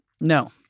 No